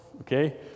okay